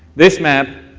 this map,